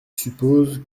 suppose